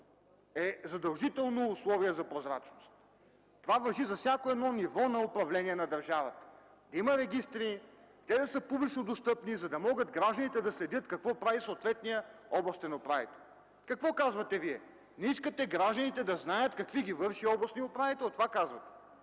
е задължително условие за прозрачност. Това важи за всяко едно ниво на управление на държавата. Има регистри, те са публично достъпни, за да могат гражданите да следят какво прави съответният областен управител. Какво казвате Вие? Не искате гражданите да знаят какви ги върши областният управител. Това казвате.